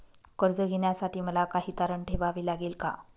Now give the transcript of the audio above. कर्ज घेण्यासाठी मला काही तारण ठेवावे लागेल का?